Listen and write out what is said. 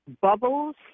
bubbles